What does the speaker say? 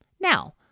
Now